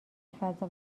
فضا